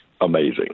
amazing